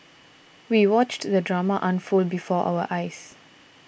we watched the drama unfold before our eyes